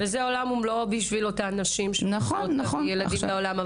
וזה עולם ומלואו בשביל אותן נשים שרוצות להביא ילדים לעולם.